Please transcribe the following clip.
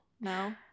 no